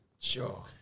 Sure